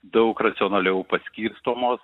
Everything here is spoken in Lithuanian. daug racionaliau paskirstomos